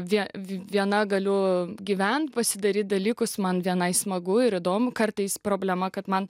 vien viena galiu gyvent pasidaryt dalykus man vienai smagu ir įdomu kartais problema kad man